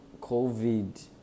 COVID